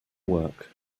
work